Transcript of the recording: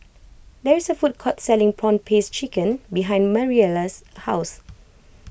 there is a food court selling Prawn Paste Chicken behind Mariela's house